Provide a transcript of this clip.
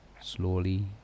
slowly